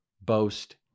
boast